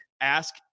ask